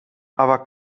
aber